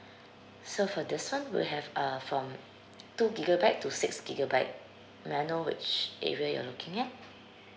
so for this one we have uh form two gigabyte to six gigabyte may I know which area you're looking at